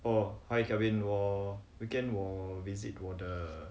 哦 hi kelvin 我 weekend 我 visit 我的